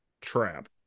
trap